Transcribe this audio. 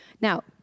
Now